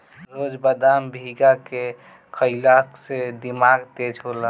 रोज बदाम भीगा के खइला से दिमाग तेज होला